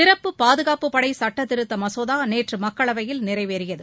சிறப்பு பாதுகாப்புப்படை சட்ட திருத்த மசோதா நேற்று மக்களவையில் நிறைவேறியது